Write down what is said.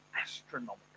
astronomical